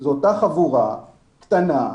זו אותה חבורה קטנה.